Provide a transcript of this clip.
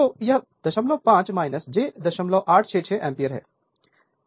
तो यह 05 j 0866 ampere है